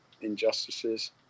injustices